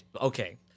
Okay